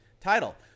title